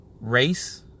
race